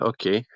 Okay